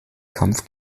kampf